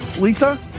Lisa